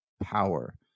power